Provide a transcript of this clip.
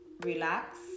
relax